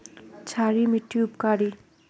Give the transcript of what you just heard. क्षारी मिट्टी उपकारी?